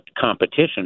competition